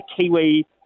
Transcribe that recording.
Kiwi